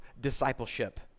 discipleship